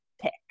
pick